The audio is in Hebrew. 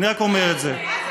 אני רק אומר את זה.